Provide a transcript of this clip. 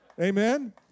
Amen